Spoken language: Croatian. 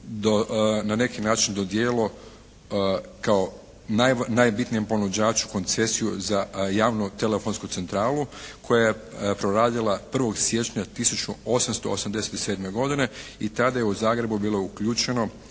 na neki način dodijelilo kao najbitnijem ponuđaču koncesiju za javnu telefonsku centralu koja je proradila 1. siječnja 1887. godine i tada je u Zagrebu bilo uključeno